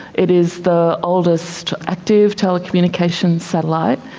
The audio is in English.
it is the oldest active telecommunications satellite.